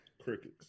Crickets